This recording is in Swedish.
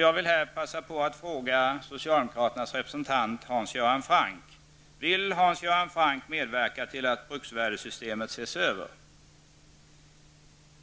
Jag vill här passa på att fråga socialdemokraternas representant Hans Göran Franck: Vill Hans Göran Franck medverka till att bruksvärdessystemet ses över?